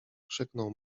krzyknął